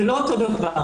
וזה לא אותו דבר.